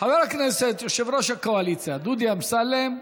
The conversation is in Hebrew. חבר הכנסת יושב-ראש הקואליציה דודי אמסלם,